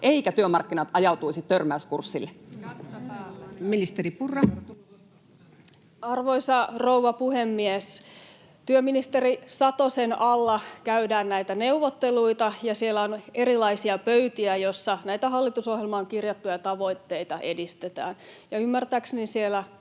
oikeuksista (Lauri Lyly sd) Time: 16:10 Content: Arvoisa rouva puhemies! Työministeri Satosen alla käydään näitä neuvotteluita, ja siellä on erilaisia pöytiä, joissa näitä hallitusohjelmaan kirjattuja tavoitteita edistetään. Ymmärtääkseni siellä